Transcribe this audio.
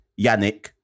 Yannick